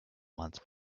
months